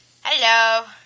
Hello